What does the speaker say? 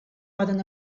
poden